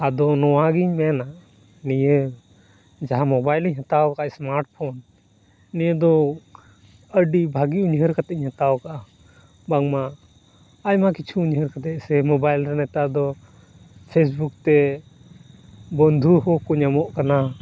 ᱟᱫᱚ ᱱᱚᱣᱟ ᱜᱤᱧ ᱢᱮᱱᱟ ᱱᱤᱭᱟᱹ ᱡᱟᱦᱟᱸ ᱢᱳᱵᱟᱭᱤᱞᱤᱧ ᱦᱟᱛᱟᱣ ᱟᱠᱟᱫ ᱮᱥᱢᱟᱴᱯᱷᱳᱱ ᱱᱤᱭᱟᱹ ᱫᱚ ᱟᱹᱰᱤ ᱵᱷᱟᱹᱜᱤ ᱩᱭᱦᱟᱹᱨ ᱠᱟᱛᱮᱧ ᱦᱟᱛᱟᱣ ᱟᱠᱟᱫᱼᱟ ᱵᱟᱝ ᱢᱟ ᱟᱭᱢᱟ ᱠᱤᱪᱷᱩ ᱩᱭᱦᱟᱹᱨ ᱠᱟᱛᱮ ᱥᱮ ᱢᱳᱵᱟᱭᱤᱞ ᱨᱮ ᱱᱮᱛᱟᱨ ᱫᱚ ᱯᱷᱮᱥ ᱵᱩᱠ ᱛᱮ ᱵᱩᱱᱫᱷᱩ ᱦᱚᱠᱚ ᱧᱟᱢᱚᱜ ᱠᱟᱱᱟ